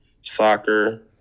soccer